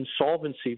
insolvency